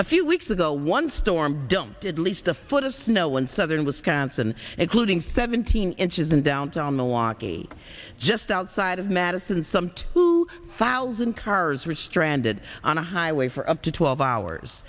a few weeks ago one storm dumped at least a foot of snow in southern wisconsin excluding seventeen inches in downtown the walkie just outside of madison some two thousand cars were stranded on a highway for up to twelve hours